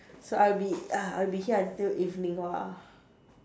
so I'll be uh I'll be here until evening !wah!